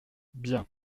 bien